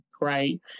right